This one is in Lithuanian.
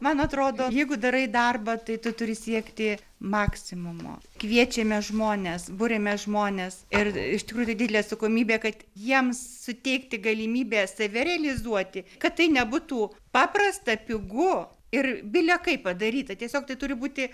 man atrodo jeigu darai darbą tai tu turi siekti maksimumo kviečiame žmones buriame žmones ir iš tikrųjų tai didelė atsakomybė kad jiems suteikti galimybę save realizuoti kad tai nebūtų paprasta pigu ir bile kaip padaryta tiesiog tai turi būti